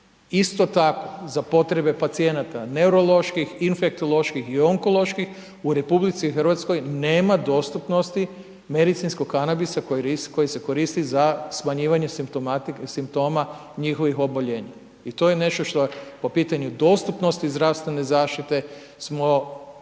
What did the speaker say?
Isto tako za potrebe pacijenata neuroloških, infektoloških i onkoloških, u Republici Hrvatskoj nema dostupnosti medicinskog kanabisa koji se koristi za smanjivanje simptoma njihovih oboljenja. I to je nešto što je po pitanju dostupnosti zdravstvene zaštite, smo najgore